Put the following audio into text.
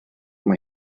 mae